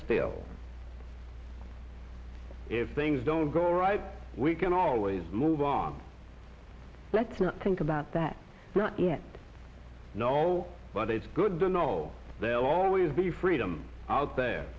still if things don't go right we can always move on let's not think about that not yet no but it's good to know they'll always be freedom out the